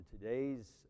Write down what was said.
today's